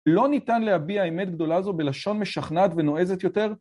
לא ניתן להביע האמת גדולה זו בלשון משכנעת ונועזת יותר?